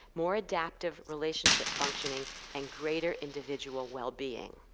more adaptive relationship functioning and greater individual well being.